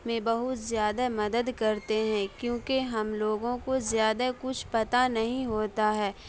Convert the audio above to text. میں بہت زیادہ مدد کرتے ہیں کیونکہ ہم لوگوں کو زیادہ کچھ پتا نہیں ہوتا ہے